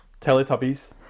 Teletubbies